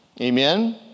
Amen